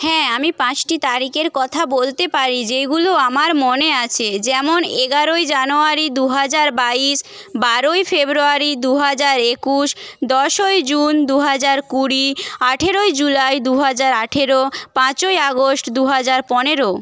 হ্যাঁ আমি পাঁচটি তারিখের কথা বলতে পারি যেগুলি আমার মনে আছে যেমন এগারোই জানুয়ারি দুহাজার বাইশ বারোই ফেব্রুয়ারি দুহাজার একুশ দশই জুন দুহাজার কুড়ি আঠেরোই জুলাই দুহাজার আঠেরো পাঁচই আগস্ট দুহাজার পনেরো